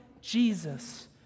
Jesus